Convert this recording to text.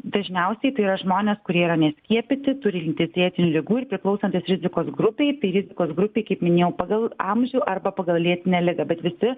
dažniausiai tai yra žmonės kurie yra neskiepyti turintys lėtinių ligų ir priklausantys rizikos grupei tai rizikos grupei kaip minėjau pagal amžių arba pagal lėtinę ligą bet visi